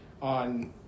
on